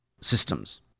systems